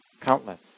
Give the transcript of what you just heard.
countless